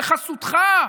בחסותך,